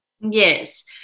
Yes